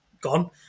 gone